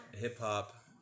hip-hop